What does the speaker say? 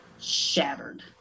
shattered